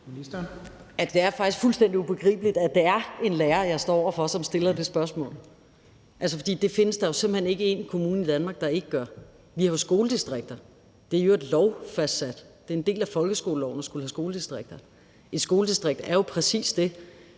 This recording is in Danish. er faktisk fuldstændig ubegribeligt, at det er en lærer, jeg står over for, som stiller det spørgsmål. For det findes der jo simpelt hen ikke én kommune i Danmark der ikke gør. Vi har jo skoledistrikter. Det er i øvrigt lovfastsat; det er en del af folkeskoleloven at skulle have skoledistrikter. Et skoledistrikt er jo præcis dét.